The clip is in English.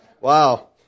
Wow